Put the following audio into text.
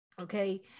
okay